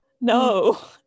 no